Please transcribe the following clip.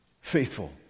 faithful